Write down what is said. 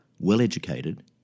well-educated